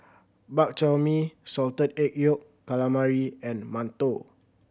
Bak Chor Mee Salted Egg Yolk Calamari and mantou